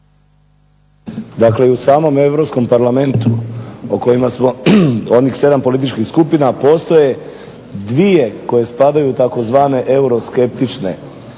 jer i u samom Europskom parlamentu o kojima smo onih sedam političkih skupina postoje dvije koje spadaju, tzv. euroskeptične